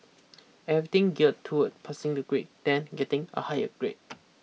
everything geared toward passing the grade then getting a higher grade